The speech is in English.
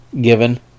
given